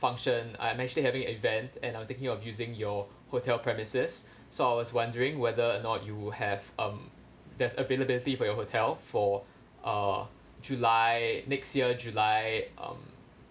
function I am actually having an event and I am thinking of using your hotel premises so I was wondering whether or not you have um there's availability for your hotel for uh july next year july um